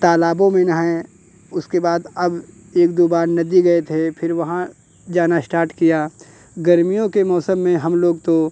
तालाबों में नहाएँ उसके बाद अब एक दो बार नदी गए थे फिर वहाँ जाना स्टार्ट किया गर्मियों के मौसम में हम लोग तो